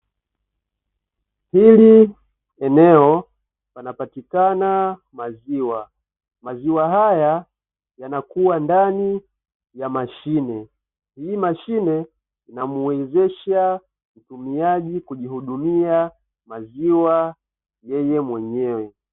Hili eneo, panapatikana maziwa. Maziwa haya yanakuwa ndani ya mashine. Hii mashine inamuwezesha mtumiaji kujihudumia maziwa yeye mwenyewe.